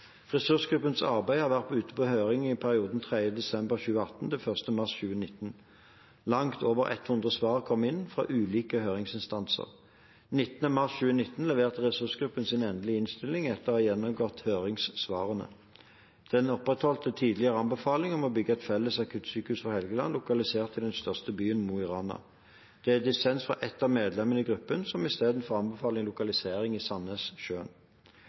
Ressursgruppens arbeid har vært ute på høring i perioden fra 3. desember 2018 til 1. mars 2019. Langt over 100 svar kom inn fra ulike høringsinstanser. Den 19. mars 2019 leverte ressursgruppen sin endelige innstilling etter å ha gjennomgått høringssvarene. Den opprettholdt tidligere anbefaling om å bygge et felles akuttsykehus for Helgeland, lokalisert til den største byen – Mo i Rana. Det er dissens fra ett av medlemmene i gruppen, som i stedet anbefaler lokalisering i